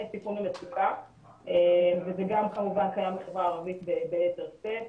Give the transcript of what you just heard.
הסיכון למצוקה וזה גם כמובן קיים בחברה הערבית ביתר שאת.